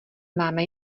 máme